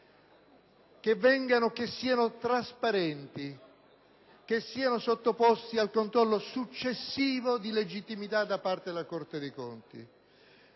che siano trasparenti e sottoposti al controllo successivo di legittimità da parte della Corte dei conti.